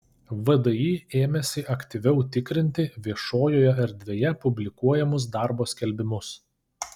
vdi ėmėsi aktyviau tikrinti viešojoje erdvėje publikuojamus darbo skelbimus